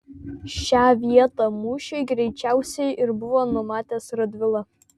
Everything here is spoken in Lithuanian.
šią vietą mūšiui greičiausiai ir buvo numatęs radvila